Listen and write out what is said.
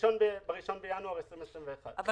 ב-1 בינואר 2021. בעוד שלושה חודשים.